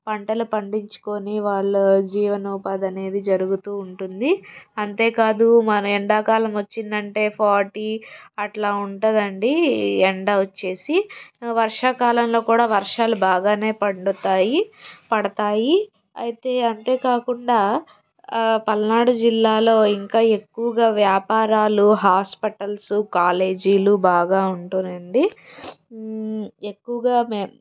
పంటలు పండించుకొని వాళ్ల జీవనోపాధి అనేది జరుగుతూ ఉంటుంది అంతేకాదు మన ఎండాకాలం వచ్చిందంటే ఫార్టీ అట్లా ఉంటుందండి ఎండ వచ్చేసి వర్షాకాలంలో కూడా వర్షాలు బాగానే పండుతాయి పడతాయి అయితే అంతే కాకుండా పల్నాడు జిల్లాలో ఇంకా ఎక్కువగా వ్యాపారాలు హాస్పిటల్స్ కాలేజీలు బాగా ఉంటుందండి ఎక్కువగా మే